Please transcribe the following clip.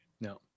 No